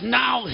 now